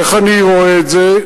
איך אני רואה את זה?